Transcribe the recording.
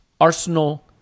Arsenal